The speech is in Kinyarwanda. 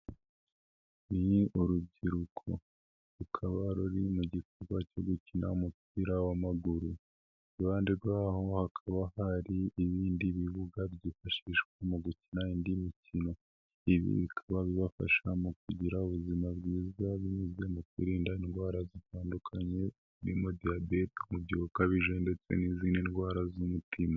Ni urubyiruko rukaba ruri mu gikorwa cyo gukina umupira w'amaguru. Iruhande rwaho hakaba hari ibindi bibuga byifashishwa mu gukina indi mikino. Ibi bikaba bibafasha mu kugira ubuzima bwiza binyuze mu kwirinda indwara zitandukanye birimo diyabete, umubyibuho ukabije ndetse n'izindi ndwara z'umutima.